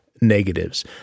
Negatives